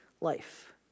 life